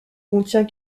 contient